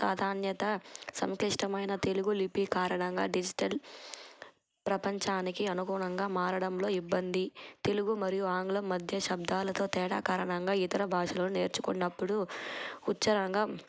సాధాత సంక్లిష్టమైన తెలుగులిపి కారణంగా డిజిటల్ ప్రపంచానికి అనుగుూణంగా మారడంలో ఇబ్బంది తెలుగు మరియు ఆంగ్లం మధ్య శబ్దాలతో తేడా కారణంగా ఇతర భాషలను నేర్చుకున్నప్పుడు ఉచ్చరణగా